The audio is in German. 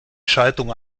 schaltung